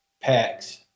packs